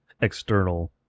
external